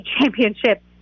championship